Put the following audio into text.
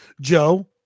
joe